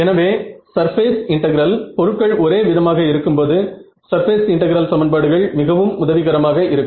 எனவே surface integral பொருட்கள் ஒரே விதமாக இருக்கும் போது சர்பேஸ் இன்டெகிரல் சமன்பாடுகள் மிகவும் உதவி கரமாக இருக்கும்